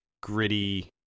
gritty